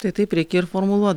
tai taip reikia ir formuluot